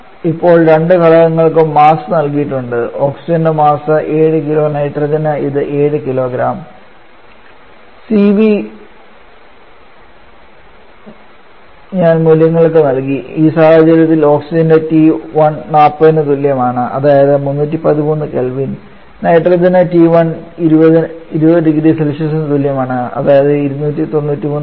ഇപ്പോൾ രണ്ട് ഘടകങ്ങൾക്കും മാസ് നൽകിയിട്ടുണ്ട് ഓക്സിജന്റെ മാസ് 7 കിലോ നൈട്രജന് ഇത് 4 കിലോഗ്രാം Cv ഞാൻ മൂല്യങ്ങൾക്ക് നൽകി ഈ സാഹചര്യത്തിൽ ഓക്സിജന്റെ T1 400C ക്ക് തുല്യമാണ് അതായത് 313K നൈട്രജന് T1 200C ക്ക് തുല്യമാണ് അതായത് 293 K